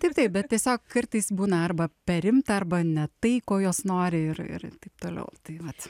taip taip bet tiesiog kartais būna arba per rimta arba ne tai ko jos nori ir ir taip toliau tai vat